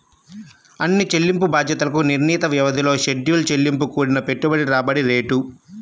అన్ని చెల్లింపు బాధ్యతలకు నిర్ణీత వ్యవధిలో షెడ్యూల్ చెల్లింపు కూడిన పెట్టుబడి రాబడి రేటు